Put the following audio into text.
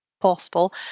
possible